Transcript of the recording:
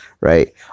right